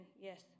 yes